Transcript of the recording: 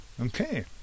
Okay